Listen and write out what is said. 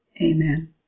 Amen